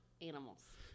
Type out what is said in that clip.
animals